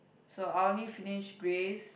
so I only finished Grey's